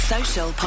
Social